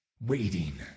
Waiting